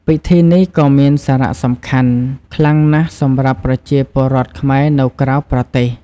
ពិធីនេះក៏មានសារៈសំខាន់ខ្លាំងណាស់សម្រាប់ពលរដ្ឋខ្មែរនៅក្រៅប្រទេស។